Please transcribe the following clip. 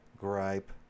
gripe